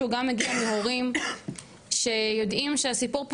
שהוא גם מגיע מהורים שיודעים שהסיפור פה